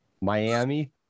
Miami